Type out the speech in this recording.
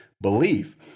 belief